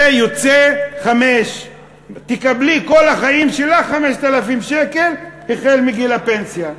זה יוצא 5,000. תקבלי כל החיים שלך 5,000 שקל החל בגיל הפנסיה.